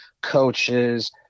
coaches